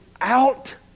out